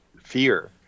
fear